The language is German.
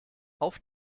auf